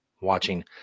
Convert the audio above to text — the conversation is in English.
watching